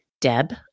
Deb